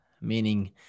meaning